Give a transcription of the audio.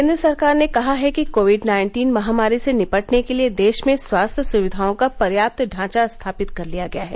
केन्द्र सरकार ने कहा है कि कोविड नाइन्टीन महामारी से निपटने के लिए देश में स्वास्थ्य सुविधाओं का पर्याप्त ढांचा स्थापित कर लिया गया है